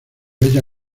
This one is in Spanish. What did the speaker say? ella